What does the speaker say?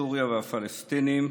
סוריה והפלסטינים,